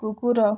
କୁକୁର